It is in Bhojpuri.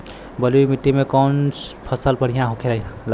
बलुई मिट्टी में कौन फसल बढ़ियां होखे ला?